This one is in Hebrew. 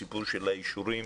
הסיפור של האישורים,